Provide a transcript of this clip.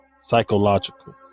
Psychological